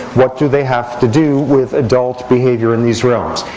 what do they have to do with adult behavior in these realms?